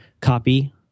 copy